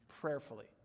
prayerfully